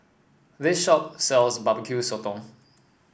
this shop sells bbq sotong